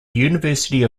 university